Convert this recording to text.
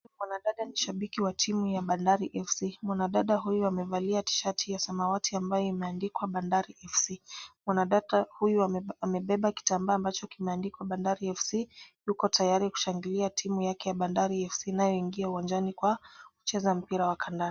Mwanadada ni shibabiki wa time ya Bandari FC.Mwanadada huyu amevalia [cs[T-shirt ya samawati ambayo imeandikwa Bandari FC.Mwanadada huyu amebeba kitambaa mkononi ambacho kimeandikwa Bandari FC.Yuko tayari kushangilia timu yake ya Bandari FC inayoingia uwanjani kwa kucheza mpira wa kandanda.